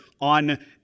on